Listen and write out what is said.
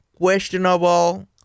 Questionable